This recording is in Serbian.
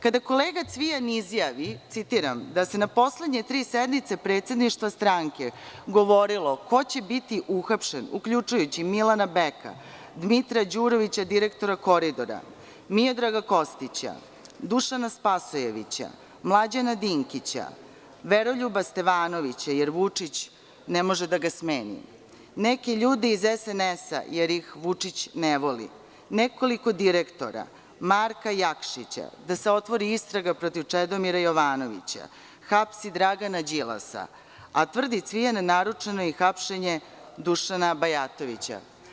Kada kolega Cvijan izjavi, citiram - da se na poslednje tri sednice predsedništva stranke govorilo ko će biti uhapšen, uključujući Milana Beka, Dmitra Đurovića direktora Koridora, Miodraga Krstića, Dušana Spasojevića, Mlađana Dinkića, Veroljuba Stevanovića, jer Vučić ne može da ga smeni, neke ljude iz SNS jer ih Vučić ne voli, nekoliko direktora, Marka Jakšića, da se otvori istraga protiv Čedomira Jovanovića, hapsi Dragana Đilasa, a tvrdi Cvijan, naručeno je i hapšenje Dušana Bajatovića.